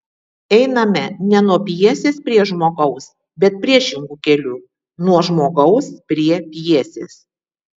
einama ne nuo pjesės prie žmogaus bet priešingu keliu nuo žmogaus prie pjesės